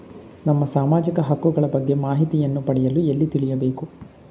ನಮ್ಮ ಸಾಮಾಜಿಕ ಹಕ್ಕುಗಳ ಬಗ್ಗೆ ಮಾಹಿತಿಯನ್ನು ಪಡೆಯಲು ಎಲ್ಲಿ ತಿಳಿಯಬೇಕು?